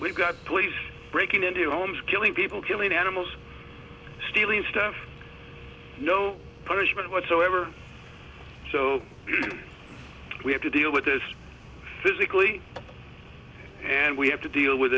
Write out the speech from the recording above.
we've got police breaking into homes killing people killing animals stealing stuff no punishment whatsoever so we have to deal with this physically and we have to deal with